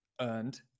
earned